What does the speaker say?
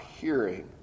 hearing